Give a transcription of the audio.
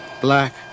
black